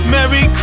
Merry